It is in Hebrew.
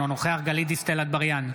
אינו נוכח גלית דיסטל אטבריאן,